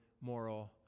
moral